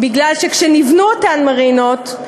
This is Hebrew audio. בגלל שכשנבנו אותן מרינות,